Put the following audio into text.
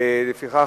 לפיכך,